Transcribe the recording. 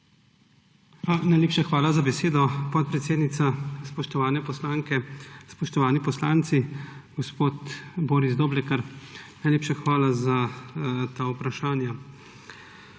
Najlepša hvala za besedo, podpredsednica. Spoštovane poslanke, spoštovani poslanci! Gospod Boris Doblekar, najlepša hvala za ta vprašanja.